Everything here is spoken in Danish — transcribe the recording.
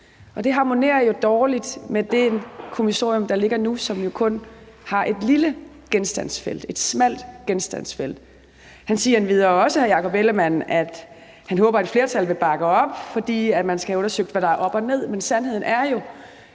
det harmonerer jo dårligt med det kommissorium, der ligger nu, som kun har et lille genstandsfelt, et smalt genstandsfelt. Hr. Jakob Ellemann-Jensen siger endvidere, at han håber, at et flertal vil bakke op, fordi man skal have undersøgt, hvad der er op og ned.